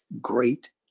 great